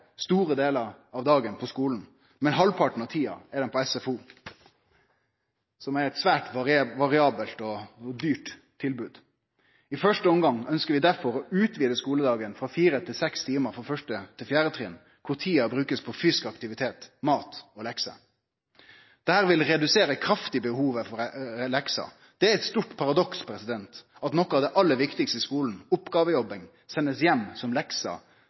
store delar av dagen på skulen, men halvparten av tida er dei på SFO, som er eit svært variabelt og dyrt tilbod. I første omgang ønskjer vi derfor å utvide skuledagen frå fire til seks timar for 1.–4. trinn, der tida blir brukt på fysisk aktivitet, mat og lekser. Dette vil redusere kraftig behovet for lekser. Det er eit stort paradoks at noko av det aller viktigaste i skulen, oppgavejobbing, blir send som